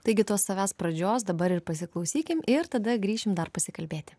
taigi tos savęs pradžios dabar ir pasiklausykim ir tada grįšim dar pasikalbėti